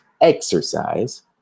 exercise